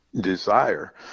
desire